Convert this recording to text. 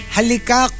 Halika